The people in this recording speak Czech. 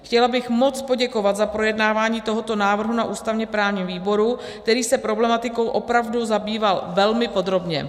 Chtěla bych moc poděkovat za projednávání tohoto návrhu na ústavněprávním výboru, který se problematikou opravdu zabýval velmi podrobně.